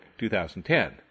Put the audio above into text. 2010